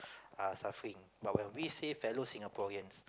are suffering but when we say fellow Singaporeans